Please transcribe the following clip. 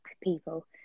people